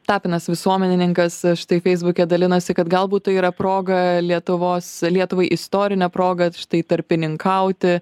tapinas visuomenininkas štai feisbuke dalinosi kad galbūt tai yra proga lietuvos lietuvai istorinė proga štai tarpininkauti